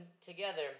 together